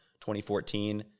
2014